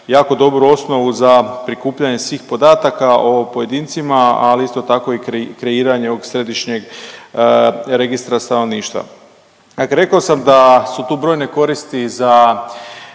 jako dobru osnovu za prikupljanje svih podataka o pojedincima, ali isto tako i kreiranje ovog Središnjeg registra stanovništva. Rekao sam da su tu brojne koristi za